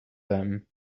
them